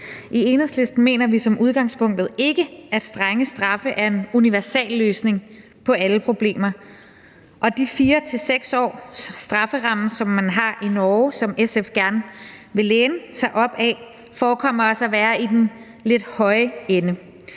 I Enhedslisten mener vi som udgangspunkt ikke, at strenge straffe er en universalløsning på alle problemer, og den strafferamme på 4-6 år, som man har i Norge, og som SF gerne vil læne sig op ad, forekommer os at være i den lidt høje ende.